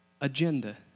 agenda